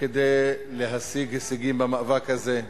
כדי להשיג הישגים במאבק הזה.